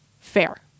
fair